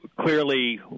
clearly